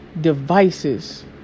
devices